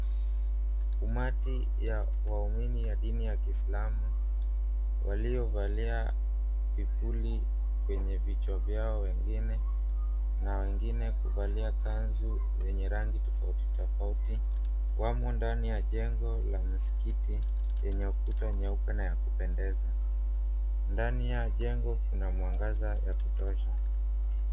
Umati wa watu wadini wa kiislamu waliovalia vipuli katika vichwa vyao wengine na wengine kuvalia kanzu yenye rangi tofauti tofauti, wamo ndani ya jeno la msikiti lenye kuta nyeupe na ya kupendeza ndani ya jengo kuna mwangaza wa kutosha.